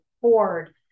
Ford